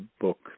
book